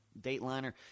Dateliner